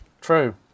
True